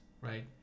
right